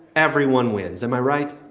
everyone wins. am i right?